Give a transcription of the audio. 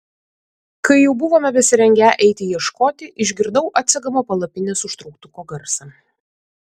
kai jau buvome besirengią eiti ieškoti išgirdau atsegamo palapinės užtrauktuko garsą